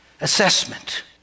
assessment